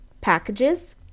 packages